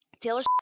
taylor